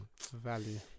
value